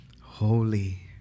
holy